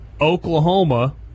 Oklahoma